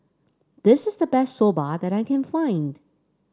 this is the best Soba that I can find